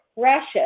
precious